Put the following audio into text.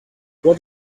what